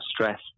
stress